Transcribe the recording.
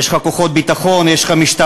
יש לך כוחות ביטחון, יש לך משטרה,